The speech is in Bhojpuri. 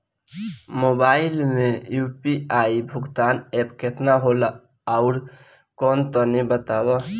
मोबाइल म यू.पी.आई भुगतान एप केतना होला आउरकौन कौन तनि बतावा?